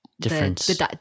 Difference